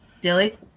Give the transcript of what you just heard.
Dilly